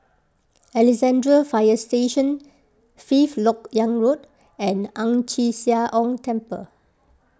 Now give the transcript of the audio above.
Alexandra Fire Station Fifth Lok Yang Road and Ang Chee Sia Ong Temple